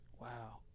Wow